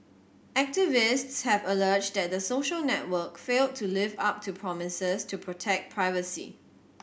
activists have alleged that the social network failed to live up to promises to protect privacy